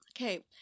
Okay